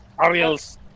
Ariel's